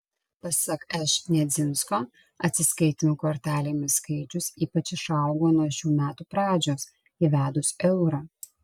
pasak š nedzinsko atsiskaitymų kortelėmis skaičius ypač išaugo nuo šių metų pradžios įvedus eurą